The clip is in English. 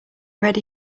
ready